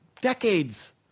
decades